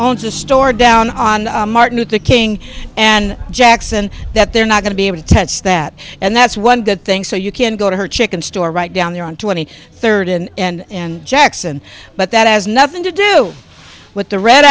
owns a store down on martin luther king and jackson that they're not going to be able to touch that and that's one good thing so you can go to her chicken store right down there on twenty third and jackson but that has nothing to do with the red